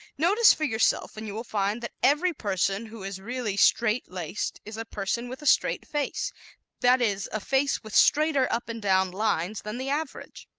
notice for yourself and you will find that every person who is really straight-laced is a person with a straight face that is, a face with straighter up-and-down lines than the average.